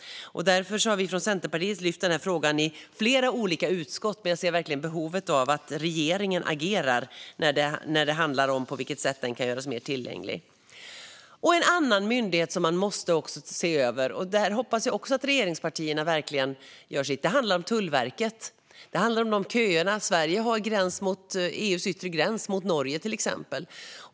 Därför har vi från Centerpartiet tagit upp denna fråga i flera olika utskott. Jag ser dock verkligen behovet av att regeringen agerar när det gäller hur den kan göras mer tillgänglig. Det finns en annan myndighet som man också måste se över, och jag hoppas att regeringspartierna verkligen gör sitt här. Det handlar om Tullverket och om köerna. Sverige har till exempel EU:s yttre gräns mot Norge.